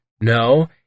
no